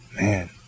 man